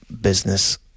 business